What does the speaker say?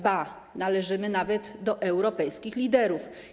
Ba, należymy nawet do europejskich liderów.